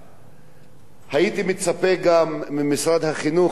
הייתי מצפה גם ממשרד החינוך,